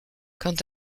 quant